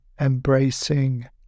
embracing